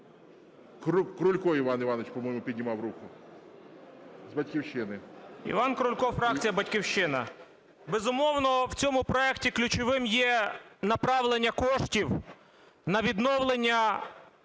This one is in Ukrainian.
Крулько Іван Іванович, по-моєму піднімав руку. З "Батьківщини". 11:57:05 КРУЛЬКО І.І. Іван Крулько, фракція "Батьківщина". Безумовно, в цьому проекті ключовим є направлення коштів на відновлення